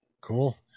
Cool